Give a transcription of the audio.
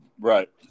Right